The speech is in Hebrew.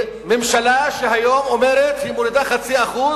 ממשלה שהיום אומרת שהיא מורידה 0.5%